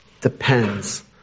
depends